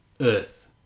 Earth